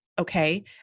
okay